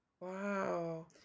wow